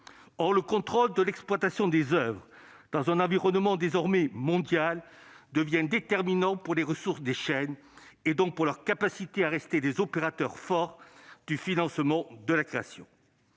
Or le contrôle de l'exploitation des oeuvres dans un environnement désormais mondial devient déterminant pour les ressources des chaînes et, donc, pour leur capacité à rester des opérateurs forts du financement de la création.